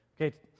okay